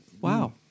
Wow